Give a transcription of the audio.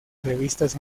revistas